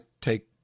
take